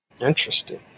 Interesting